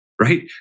Right